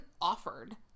offered